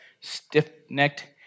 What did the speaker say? stiff-necked